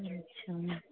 अच्छा